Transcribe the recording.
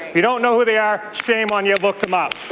you don't know who they are, shame on you, look them up.